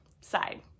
side